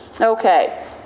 okay